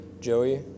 Joey